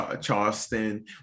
charleston